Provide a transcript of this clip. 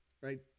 right